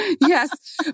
Yes